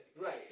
Right